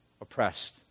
oppressed